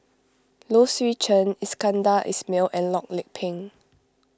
Low Swee Chen Iskandar Ismail and Loh Lik Peng